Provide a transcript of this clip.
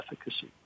efficacy